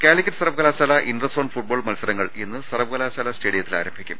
കാലിക്കറ്റ് സർവ്വകലാശാല interzone football മത്സര ങ്ങൾ ഇന്ന് സർവ്വകലാശാല സ്റ്റേഡിയത്തിൽ ആരംഭിക്കും